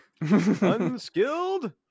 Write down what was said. Unskilled